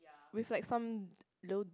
with like some little